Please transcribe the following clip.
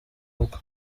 bwo